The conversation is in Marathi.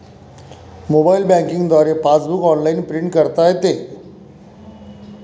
मोबाईल बँकिंग द्वारे पासबुक ऑनलाइन प्रिंट करता येते